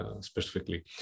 specifically